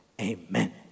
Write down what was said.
amen